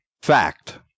Fact